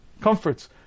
comforts